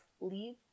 Leave